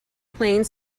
playing